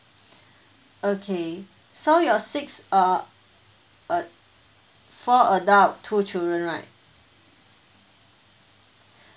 okay so your six uh uh four adult two children right